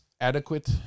adequate